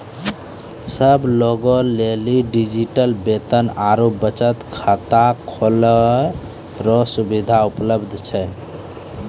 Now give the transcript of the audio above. सब लोगे के लेली डिजिटल वेतन आरू बचत खाता खोलै रो सुविधा उपलब्ध छै